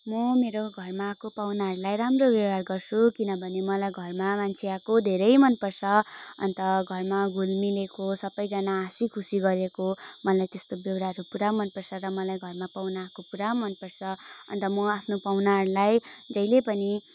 म मेरो घरमा आएको पाहुनाहरूलाई राम्रो व्यवहार गर्छु किनभने मलाई घरमा मान्छे आएको धेरै मन पर्छ अन्त घरमा घुलमिलेको सबैजना हाँसीखुसी गरेको मलाई त्यस्तो व्यवहारहरू पुरा मन पर्छ र मलाई घरमा पाहुना आएको पुरा मन पर्छ अन्त म आफ्नो पाहुनाहरूलाई जहिले पनि